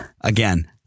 Again